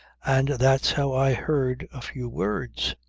and that's how i heard a few words.